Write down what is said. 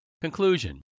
Conclusion